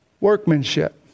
workmanship